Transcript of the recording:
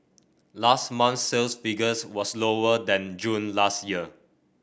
last month sales figures was lower than June last year